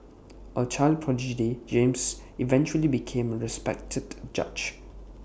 A child prodigy James eventually became A respected judge